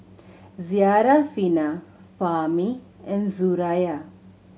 Syarafina Fahmi and Suraya